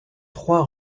trois